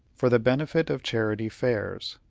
for the benefit of charity fairs.